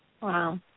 Wow